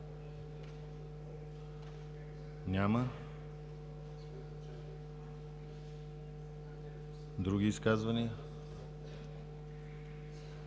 Няма. Други изказвания?